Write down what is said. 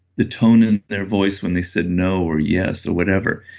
the tone in their voice when they said no or yes or whatever.